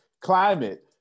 climate